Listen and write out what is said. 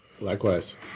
Likewise